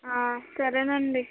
సరేనండి